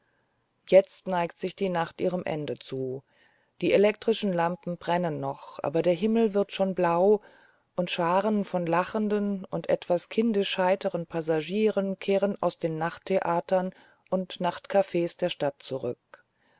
jetzt neigt sich die nacht ihrem ende zu die elektrischen lampen brennen noch aber der himmel wird schon blau und scharen von lachenden und etwas kindisch heiteren passagieren kehren aus den nachttheatern und nachtcafs der stadt zurück